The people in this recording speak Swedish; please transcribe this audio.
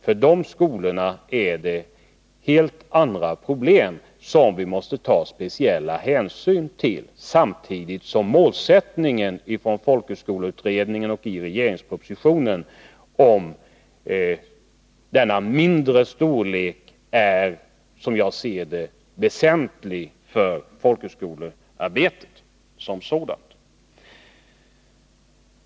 För de skolorna är det helt andra problem, som vi måste ta speciella hänsyn till, samtidigt som folkhögskoleutredningens och regeringens målsättning när det gäller denna mindre storlek är — som jag ser det — väsentlig för det framtida folkhögskolearbetet som sådant.